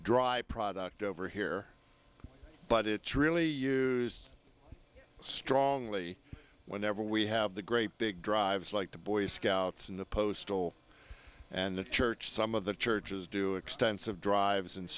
dry product over here but it's really used strongly whenever we have the great big drives like the boy scouts in the postal and the church some of the churches do extensive drives and